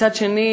מהצד האחר,